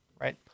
right